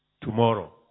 tomorrow